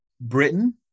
Britain